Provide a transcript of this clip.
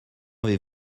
avez